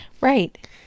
right